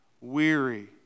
weary